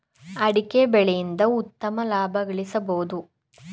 ಅಡಿಕೆ ಬೆಳೆಯಿಂದ ಉತ್ತಮ ಲಾಭ ಗಳಿಸಬೋದು